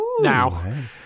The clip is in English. now